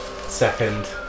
second